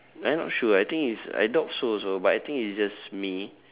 I'm not sure I think it's I doubt so also but I think it's just me